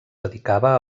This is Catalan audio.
dedicava